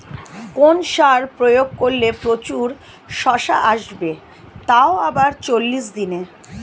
কোন সার প্রয়োগ করলে প্রচুর শশা আসবে তাও আবার চল্লিশ দিনে?